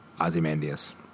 Ozymandias